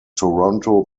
toronto